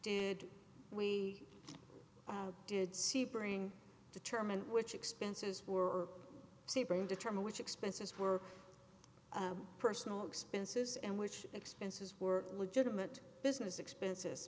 did we did sebring determine which expenses were sebring determine which expenses were personal expenses and which expenses were legitimate business expenses